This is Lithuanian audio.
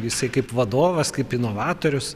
jisai kaip vadovas kaip inovatorius